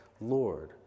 Lord